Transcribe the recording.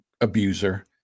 abuser